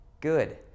good